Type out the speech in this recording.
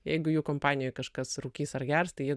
jeigu jų kompanijoj kažkas rūkys ar gers tai jie